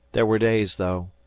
there were days, though,